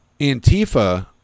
Antifa